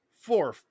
four